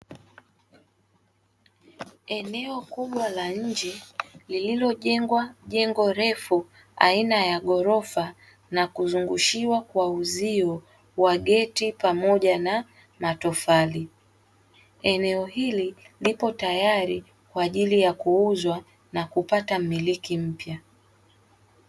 Eneo kubwa la nje lililojengwa jengo refu aina ya gorofa na Kuzungushiwa kwa uzio wa geti pamoja na matofali .Eneo hili lipo tayari kwa ajili ya kuuzwa na kupata mmiliki mpya.